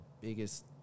biggest